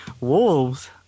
wolves